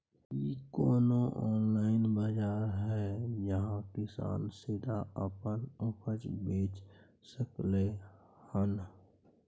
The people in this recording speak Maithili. की कोनो ऑनलाइन बाजार हय जहां किसान सीधा अपन उपज बेच सकलय हन?